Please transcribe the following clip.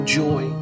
joy